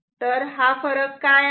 तेव्हा हा फरक काय आहे